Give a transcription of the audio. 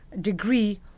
degree